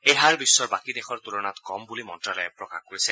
এই হাৰ বিশ্বৰ বাকী দেশৰ তূলনাত কম বুলি মন্তালয়ে প্ৰকাশ কৰিছে